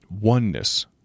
Oneness